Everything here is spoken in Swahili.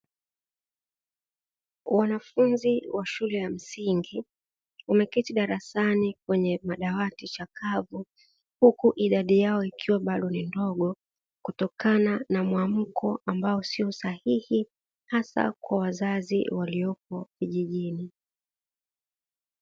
Wanafunzi wa shule ya msingi wameketi darasani kwenye madawati chakavu, huku idadi yao ikiwa bado ni ndogo kutokana na mwamko ambao sio sahihi hasa kwa wazazi waliopo vijijini.